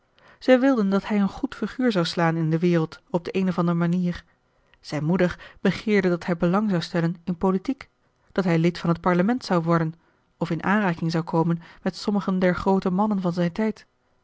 zij wilden dat hij een goed figuur zou slaan in de wereld op de eene of andere manier zijn moeder begeerde dat hij belang zou stellen in politiek dat hij lid van het parlement zou worden of in aanraking zou komen met sommigen der groote mannen van zijn tijd